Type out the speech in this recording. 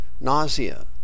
nausea